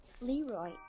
Leroy